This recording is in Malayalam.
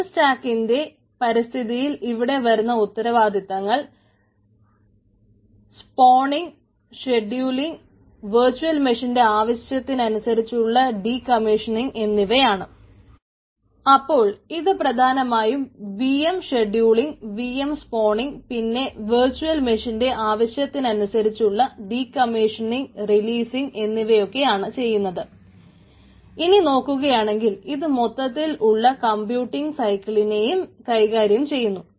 ഓപ്പൺ സ്റ്റാക്കിന്റെ പരിസ്ഥിതിയിൽ ഇവിടെ വരുന്ന ഉത്തരവാദിത്തങ്ങൾ സ്പോണിംഗ് എന്നിവയാണ് അപ്പോൾ ഇത് പ്രധാനമായും vm ഷെഡ്യൂളിംഗ് vm സ്പോണിംഗ് പിന്നെ വെർച്ച്വൽ മെഷീന്റെ ആവശ്യത്തിനനുസരിച്ചുള്ള ഡീകമ്മീഷനിംഗ് റിലീസിംഗ് കൈകാര്യം ചെയ്യുന്നു